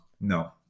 No